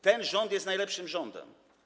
Ten rząd jest najlepszym rządem.